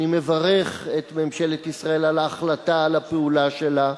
אני מברך את ממשלת ישראל על ההחלטה על פעולה שלה.